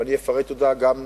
ואני אפרט אותה גם בפניכם,